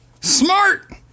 smart